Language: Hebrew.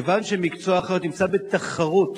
מכיוון שמקצוע האחיות בתחרות